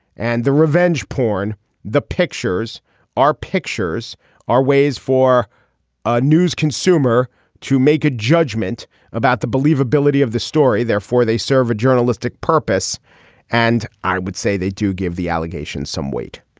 and the revenge porn the pictures our pictures our ways for ah news consumer to make a judgment about the believability of the story. therefore they serve a journalistic purpose and i would say they do give the allegations some weight.